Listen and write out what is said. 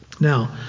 Now